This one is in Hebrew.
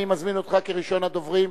אני מזמין אותך כראשון הדוברים.